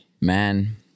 man